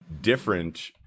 different